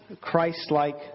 Christ-like